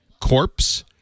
corpse